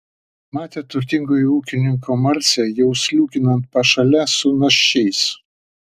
matė turtingojo ūkininko marcę jau sliūkinant pašale su naščiais